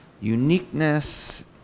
uniqueness